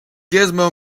gizmo